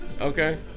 okay